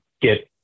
get